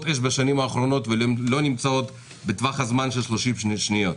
אש בשנים האחרונות ולא נמצאות בטווח הזמן של 30 שניות.